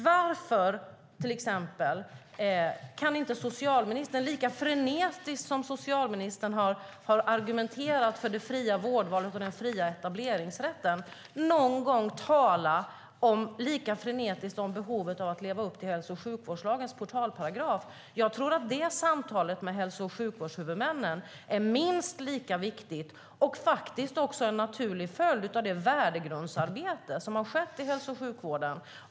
Varför, till exempel, kan inte socialministern lika frenetiskt som han argumenterar för det fria vårdvalet och den fria etableringsrätten, lika frenetiskt någon gång tala om behovet av att leva upp till hälso och sjukvårdslagens portalparagraf? Jag tror att det samtalet med hälso och sjukvårdshuvudmännen är minst lika viktigt och en naturlig följd av det värdegrundsarbete som har skett i hälso och sjukvården.